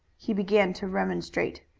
he began to remonstrate.